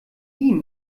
ihm